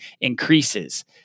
increases